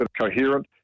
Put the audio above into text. coherent